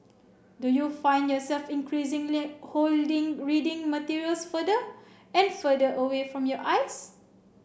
do you find yourself increasingly holding reading materials further and further away from your eyes